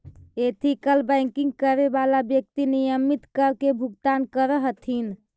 ethical banking करे वाला व्यक्ति नियमित कर के भुगतान करऽ हथिन